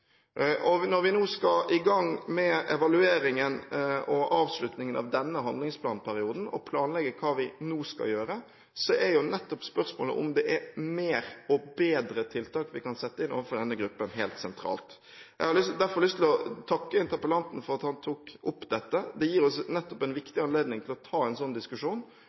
Når vi nå skal i gang med evalueringen og avslutningen av denne handlingsplanperioden og planlegge hva vi nå skal gjøre, er spørsmålet om det er flere og bedre tiltak vi kan sette inn overfor denne gruppen, helt sentralt. Jeg har derfor lyst til å takke interpellanten for at han tok opp dette. Det gir oss en viktig anledning til å ta en sånn diskusjon